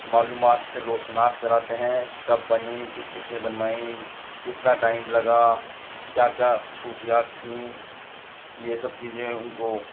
معلومات سے روشناس کراتے ہیں کب بنی کس کس نے بنوائیں کتنا ٹائم لگا کیا کیا خصوصیات تھیں یہ سب چیزیں ان کو